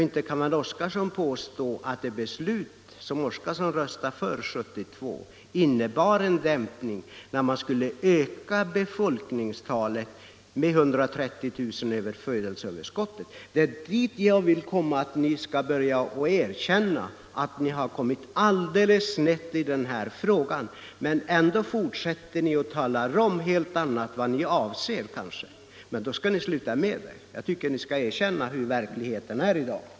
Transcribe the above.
Inte kan väl herr Oskarson påstå att det beslut som herr Oskarson röstade för 1972 innebar en dämpning, när man skulle öka befolkningstalet med 130 000 utöver födelseöverskottet. Ni måste erkänna att ni har kommit alldeles snett i denna fråga. Men ändå fortsätter ni att tala om något helt annat än vad ni avser. Det skall ni sluta med. Ni skall erkänna hur verkligheten är i dag.